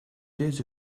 days